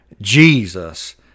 Jesus